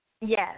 Yes